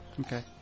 Okay